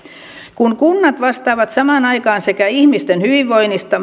kun kunnat vastaavat samaan aikaan sekä ihmisten hyvinvoinnista